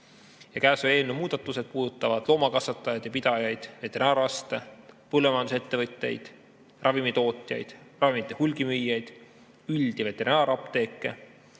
eelnõu muudatused puudutavad loomakasvatajaid ja -pidajaid, veterinaararste, põllumajandusettevõtteid, ravimitootjaid, ravimite hulgimüüjaid, üld- ja veterinaarapteeke,